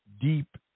deep